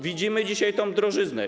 Widzimy dzisiaj tę drożyznę.